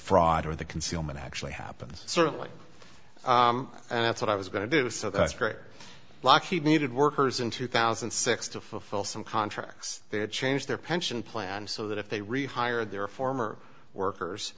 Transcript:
fraud or the concealment actually happens certainly and that's what i was going to do so that's great lockheed needed workers in two thousand and six to fulfill some contracts they had changed their pension plans so that if they rehired their former workers